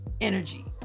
energy